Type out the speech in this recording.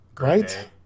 Right